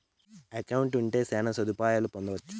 account ఉంటే శ్యాన సదుపాయాలను పొందొచ్చు